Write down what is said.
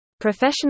Professional